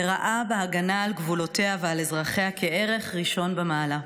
וראה בהגנה על גבולותיה ועל אזרחיה ערך ראשון במעלה,